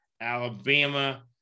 Alabama